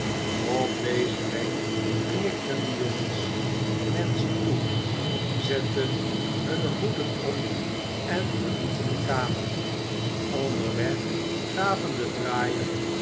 op dezen wenk knikten de jongens nancy toe zetten hunne hoeden op en verlieten de kamer onderweg gaven de draaier